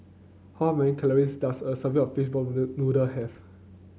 how many calories does a serving of Fishball Noodle noodle have